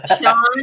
Sean